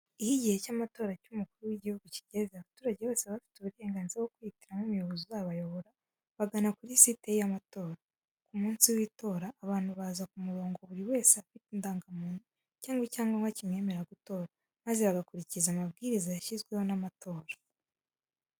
Iyo igihe cy’amatora y’Umukuru w’Igihugu kigeze, abaturage bose baba bafite uburenganzira bwo kwihitiramo umuyobozi uzabayobora, bagana kuri site y’amatora. Ku munsi w’itora, abantu baza ku murongo buri wese afite indangamuntu cyangwa icyangombwa kimwemerera gutora, maze bagakurikiza amabwiriza yashyizweho n’amatora.